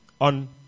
on